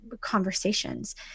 conversations